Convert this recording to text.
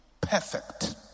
perfect